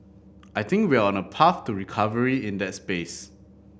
I think we're on a path to recovery in that space